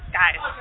guys